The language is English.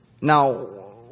Now